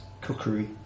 cookery